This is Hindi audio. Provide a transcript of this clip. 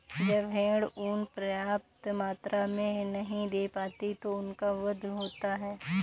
जब भेड़ ऊँन पर्याप्त मात्रा में नहीं दे पाती तो उनका वध होता है